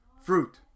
fruit